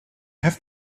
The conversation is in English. have